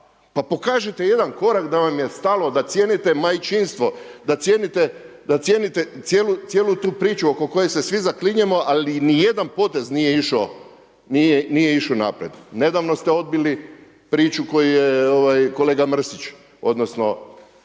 pa pokažite jedan korak da vam je stalo, da cijenite majčinstvo, da cijenite cijelu tu priču oko koje se svi zaklinjemo ali niti jedan potez nije išao naprijed. Nedavno ste odbili priču koju je kolega Mrsić, odnosno